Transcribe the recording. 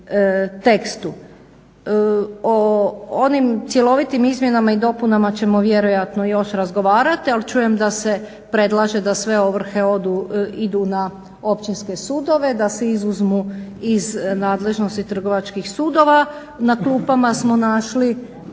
tekstu. O onim cjelovitim izmjenama i dopunama ćemo vjerojatno još razgovarati ali čujem da se predlaže da sve ovrhe idu na općinske sudova i da se izuzmu iz nadležnosti trgovačkih sudova. Na klupama smo našli